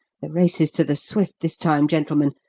the race is to the swift this time, gentlemen,